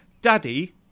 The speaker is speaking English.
Daddy